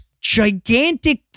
gigantic